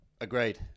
Agreed